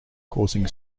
causing